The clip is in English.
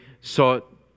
sought